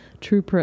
true